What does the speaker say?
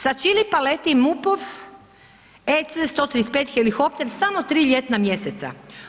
Sa Čilipa leti MUP-ov EC135 helikopter samo tri ljetna mjeseca.